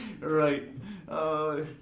Right